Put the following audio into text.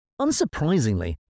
Unsurprisingly